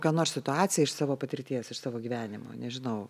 ką nors situaciją iš savo patirties iš savo gyvenimo nežinau